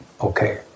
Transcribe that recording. okay